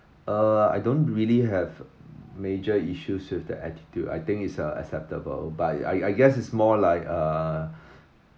uh I don't really have major issues with the attitude I think is uh acceptable but I I guess is more like uh